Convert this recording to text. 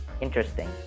interesting